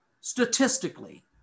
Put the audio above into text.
statistically